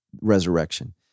resurrection